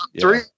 Three